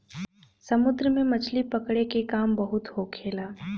समुन्द्र में मछली पकड़े के काम बहुत होखेला